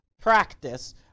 practice